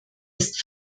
ist